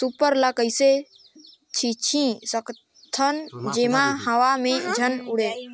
Super ल कइसे छीचे सकथन जेमा हवा मे झन उड़े?